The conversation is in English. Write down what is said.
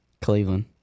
Cleveland